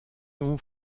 ont